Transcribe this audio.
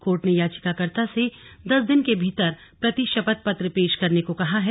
court ने याचिकर्ता से दस दिन के भीतर प्रति शपथ पत्र पेश करने को कहा है